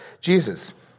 Jesus